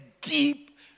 deep